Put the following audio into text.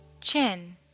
chin